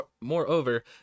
Moreover